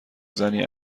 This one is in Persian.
زنی